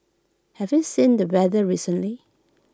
have you seen the weather recently